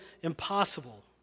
impossible